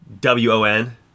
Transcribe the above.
w-o-n